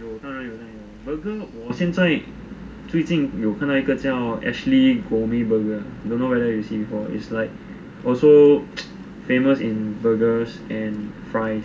有当然有当然有 burger 我现在最近有看到一个叫 ashley gourmet burger don't know whether you see before or not it's like also famous in burgers and fries